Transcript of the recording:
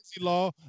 Law